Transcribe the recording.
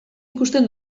ikusten